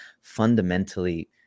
fundamentally